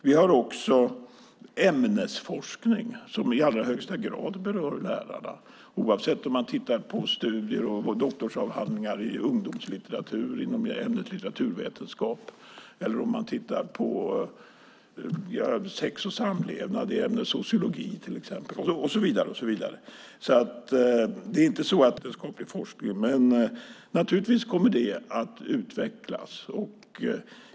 Vi har också ämnesforskning som i allra högsta grad berör lärarna, oavsett om det är studier och doktorsavhandlingar i ungdomslitteratur inom ämnet litteraturvetenskap eller studier i sex och samlevnad inom ämnet sociologi, och så vidare. Det är inte så att det är tömt på resurser när det gäller utbildningsvetenskaplig forskning, men naturligtvis kommer den att utvecklas.